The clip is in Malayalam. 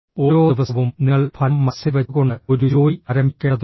ഓരോ ദിവസവും നിങ്ങൾ ഫലം മനസ്സിൽ വെച്ചുകൊണ്ട് ഒരു ജോലി ആരംഭിക്കേണ്ടതുണ്ട്